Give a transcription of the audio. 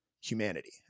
humanity